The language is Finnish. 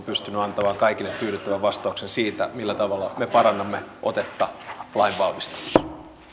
pystyneet antamaan kaikille tyydyttävän vastauksen siitä millä tavalla me parannamme otetta lainvalmistelussa